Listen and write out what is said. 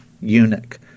eunuch